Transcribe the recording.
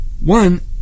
one